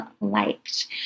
liked